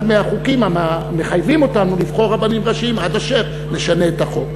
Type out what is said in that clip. מהחוקים המחייבים אותנו לבחור רבנים ראשיים עד אשר נשנה את החוק.